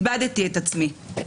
איבדתי את עצמי.